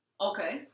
okay